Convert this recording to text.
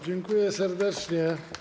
Dziękuję serdecznie.